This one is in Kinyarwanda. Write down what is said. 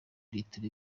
litiro